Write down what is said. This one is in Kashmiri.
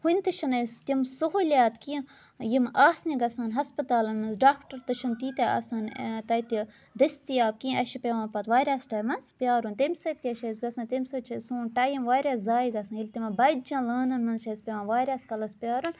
کُنہِ تہِ چھِنہٕ أسۍ تِم سہوٗلِیات کیٚنٛہہ یِم آسنہِ گژھان ہَسپَتالَن منٛز ڈاکٹَر تہِ چھِنہٕ تیٖتیٛاہ آسان تَتہِ دٔستِیاب کیٚنٛہہ اَسہِ چھِ پٮ۪وان پَتہٕ واریاہَس ٹایمَس پرٛارُن تمہِ سۭتۍ کیٛاہ چھِ اَسہِ گژھان تمہِ سۭتۍ چھِ سون ٹایم واریاہ ضایہِ گژھان ییٚلہِ تِمَن بَچہِ لٲنَن منٛز چھِ اَسہِ پٮ۪وان واریاہَس کالَس پرٛارُن